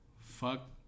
fuck